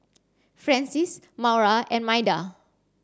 Francis Maura and Maida